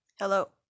Hello